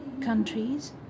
countries